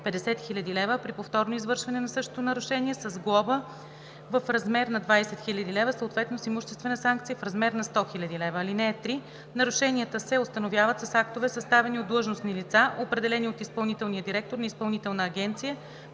50 000 лв., а при повторно извършване на същото нарушение – с глоба в размер на 20 000 лв., съответно с имуществената санкция в размер на 100 000 лв. (3) Нарушенията се установяват с актове, съставени от длъжностни лица, определени от изпълнителния директор на Изпълнителната агенция